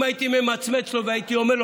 אם הייתי ממצמץ והייתי אומר לו,